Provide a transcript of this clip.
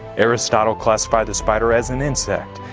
aristotle classified the spider as an insect.